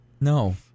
No